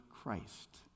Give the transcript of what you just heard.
Christ